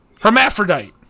Hermaphrodite